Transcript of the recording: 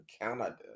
Canada